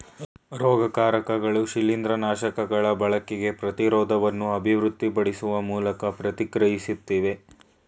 ರೋಗಕಾರಕಗಳು ಶಿಲೀಂದ್ರನಾಶಕಗಳ ಬಳಕೆಗೆ ಪ್ರತಿರೋಧವನ್ನು ಅಭಿವೃದ್ಧಿಪಡಿಸುವ ಮೂಲಕ ಪ್ರತಿಕ್ರಿಯಿಸ್ತವೆ